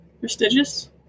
Prestigious